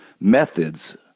methods